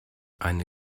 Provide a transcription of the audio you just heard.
eine